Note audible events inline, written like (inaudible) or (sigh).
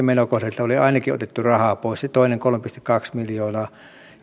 (unintelligible) menokohdilta rahaa pois se toinen kolme pilkku kaksi miljoonaa